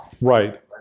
Right